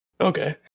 Okay